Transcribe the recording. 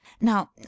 now